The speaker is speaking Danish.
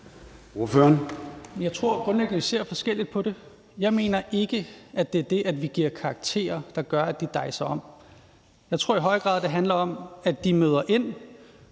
Jeg tror grundlæggende, vi ser forskelligt på det. Jeg mener ikke, at det er det, at vi giver karakterer, der gør, at de dejser om. Jeg tror i høj grad, at det handler om, at de møder ind,